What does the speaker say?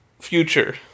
future